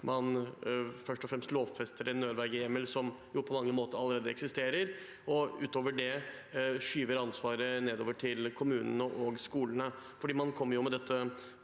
man først og fremst lovfester en nødvergehjemmel som på mange måter allerede eksisterer. Utover det skyver man ansvaret nedover til kommunene og skolene. Man kommer med